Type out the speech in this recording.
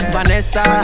Vanessa